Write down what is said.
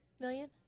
million